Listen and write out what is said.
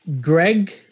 greg